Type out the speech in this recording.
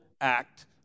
act